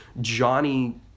Johnny